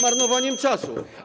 marnowaniem czasu.